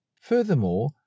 Furthermore